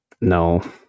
No